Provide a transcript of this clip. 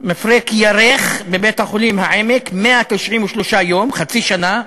מפרק ירך בבית-חולים "העמק" 193 יום, חצי שנה,